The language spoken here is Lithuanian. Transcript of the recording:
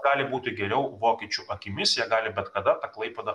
gali būti geriau vokiečių akimis jie gali bet kada tą klaipėdą